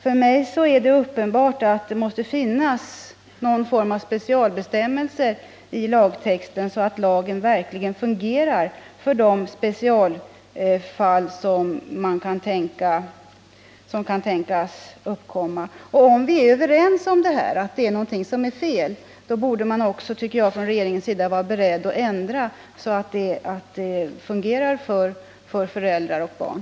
För mig är det uppenbart att det måste finnas något slags specialbestämmelser i lagtexten, så att lagen verkligen fungerar för de specialfall som kan tänkas uppkomma. Om vi är överens om att det är någonting som är fel, borde regeringen också vara beredd att ändra lagstiftningen så att det här fungerar för föräldrar och barn.